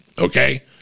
okay